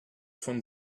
von